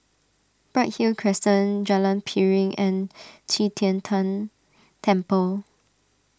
Bright Hill Crescent Jalan Piring and Qi Tian Tan Temple